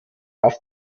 auf